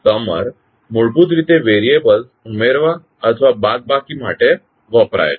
તેથી સમર મૂળભૂત રીતે વેરિયબલ્સ ઉમેરવા અથવા બાદબાકી માટે વપરાય છે